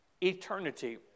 Eternity